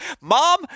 mom